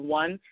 one